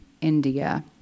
India